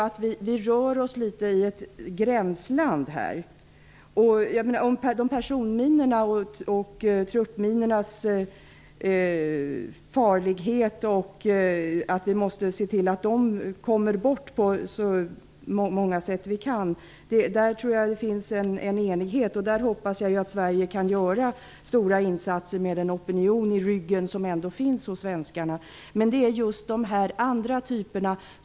Jag tror att det finns en enighet om personminornas och truppminornas farlighet och om att vi på många sätt måste se till att de försvinner. Jag hoppas att Sverige, med den opinion i ryggen som finns hos svenskarna, kan göra stora insatser.